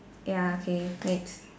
ya okay next